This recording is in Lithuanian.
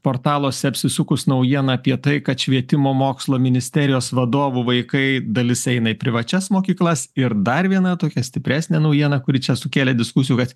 portaluose apsisukus naujieną apie tai kad švietimo mokslo ministerijos vadovų vaikai dalis eina į privačias mokyklas ir dar viena tokia stipresnė naujiena kuri čia sukėlė diskusijų kad